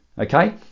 okay